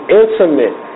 intimate